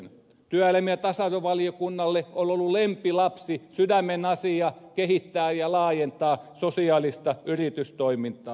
työelämä ja tasa arvovaliokunnalle on ollut lempilapsi sydämen asia kehittää ja laajentaa sosiaalista yritystoimintaa